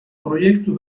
proiektu